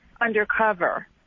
undercover